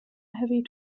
heavy